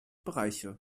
bereiche